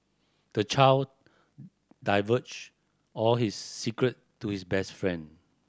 the child divulged all his secret to his best friend